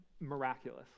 miraculous